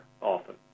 often